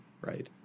right